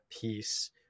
piece